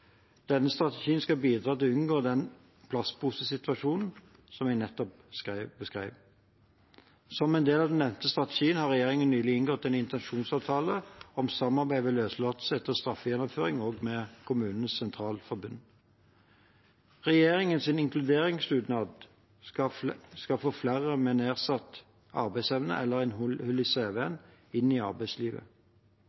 Denne strategien skal bidra til å unngå den «plastposesituasjonen» som jeg nettopp beskrev. Som en del av den nevnte strategien har regjeringen nylig inngått en intensjonsavtale med KS om samarbeid ved løslatelse etter straffegjennomføring. Regjeringens inkluderingsdugnad skal få flere med nedsatt arbeidsevne eller hull i